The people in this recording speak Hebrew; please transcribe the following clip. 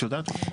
את יודעת אולי?